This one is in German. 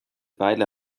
weile